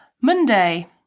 Monday